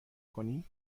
کنی